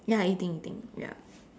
ya eating eating ya